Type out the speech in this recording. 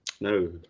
No